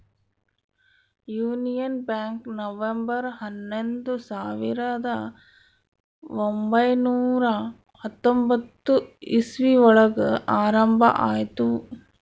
union Bank November ಹನ್ನೊಂದು ಸಾವಿರದ ಒಂಬೈನುರ ಹತ್ತೊಂಬತ್ತು ಇಸ್ವಿ ಒಳಗ ಆರಂಭ ಆಯ್ತು